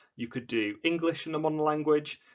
you could do english and a modern language,